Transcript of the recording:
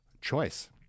choice